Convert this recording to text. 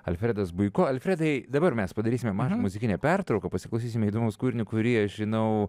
alfredas buiko alfredai dabar mes padarysime mažą muzikinę pertrauką pasiklausysime įdomaus kūrinio kurį aš žinau